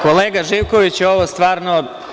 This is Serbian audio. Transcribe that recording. Kolega Živkoviću, ovo stvarno…